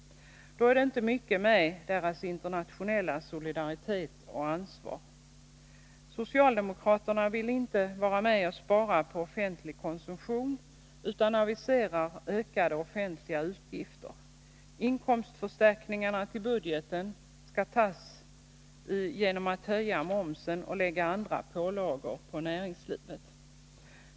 Då är det inte mycket med deras internationella solidaritet och ansvar. Socialdemokraterna vill inte vara med och spara på offentlig konsumtion, utan aviserar ökade offentliga utgifter. Inkomstförstärkningarna till budgeten skall de åstadkomma genom att höja momsen och lägga andra pålagor på näringslivet.